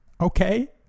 Okay